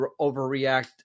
overreact